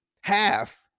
half